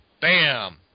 Bam